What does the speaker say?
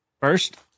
First